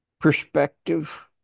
perspective